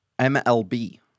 MLB